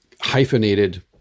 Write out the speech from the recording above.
hyphenated